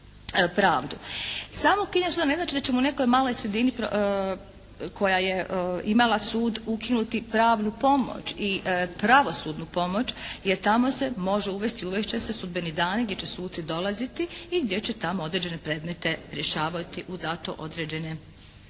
Samo ukidanje sudova ne znači da ćemo u nekoj maloj sredini koja je imala sud, ukinuti pravnu pomoć i pravosudnu pomoć jer tamo se može uvesti, uvest će sudbeni dan gdje će suci dolaziti i gdje će tamo određene predmete rješavati u za to određene dane.